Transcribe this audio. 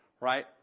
right